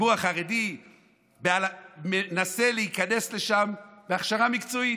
הציבור החרדי מנסה להיכנס לשם בהכשרה מקצועית.